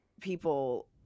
people